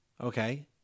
Okay